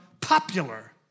popular